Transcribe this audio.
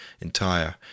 entire